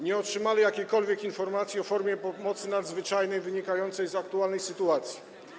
Nie otrzymali jakiejkolwiek informacji o formie pomocy nadzwyczajnej wynikającej z aktualnej sytuacji.